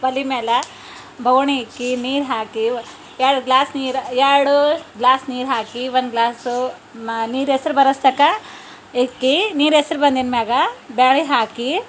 ಒಲೆ ಮೇಲೆ ಬೊಗಣಿ ಇಕ್ಕಿ ನೀರು ಹಾಕಿ ಎರ್ಡು ಗ್ಲಾಸ್ ನೀರು ಎರಡು ಗ್ಲಾಸ್ ನೀರು ಹಾಕಿ ಒಂದು ಗ್ಲಾಸು ಮಾ ನೀರು ಹೆಸ್ರು ಬರೋಸ್ತಕ ಇಕ್ಕಿ ನೀರು ಹೆಸ್ರು ಬಂದಿದ್ಮ್ಯಾಗ ಬೇಳೆ ಹಾಕಿ